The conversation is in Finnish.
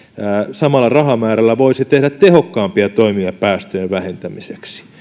samalla rahamäärällä voisi tehdä tehokkaampia toimia päästöjen vähentämiseksi